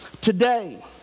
today